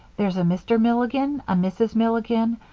there's a mr. milligan, a mrs. milligan,